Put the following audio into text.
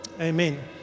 Amen